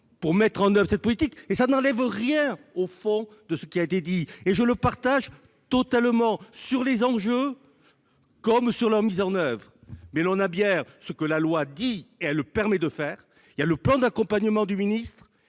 pour mettre en oeuvre cette politique. Et cela n'enlève en rien au fond de ce qui a été dit, et que je partage totalement, sur les enjeux comme sur leur mise en oeuvre. On a ce que la loi dit et permet de faire. Il y a le plan d'accompagnement du ministre.